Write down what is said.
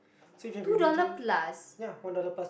so if you get remedial ya one dollar plus